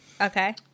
Okay